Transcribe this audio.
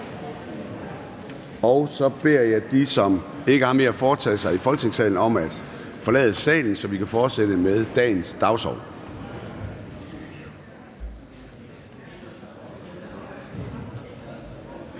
Så beder jeg dem, som ikke har mere at foretage sig i Folketingssalen, om at forlade salen, så vi kan fortsætte med dagens dagsorden.